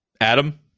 Adam